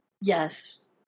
yes